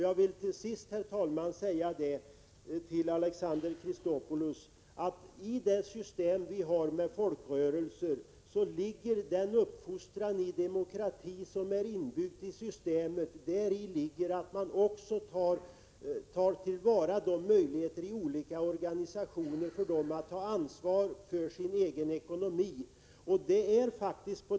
Jag vill till sist, herr talman, till Alexander Chrisopoulos säga att i den uppfostran i demokrati som är inbyggd i folkrörelsesystemet ingår att man också tar till vara möjligheterna för olika organisationer att ta ansvar för sin egen ekonomi.